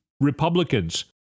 Republicans